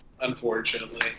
unfortunately